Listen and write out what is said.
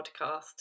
podcast